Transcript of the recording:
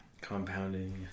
Compounding